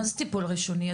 מה זה טיפול ראשוני?